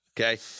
Okay